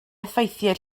effeithiau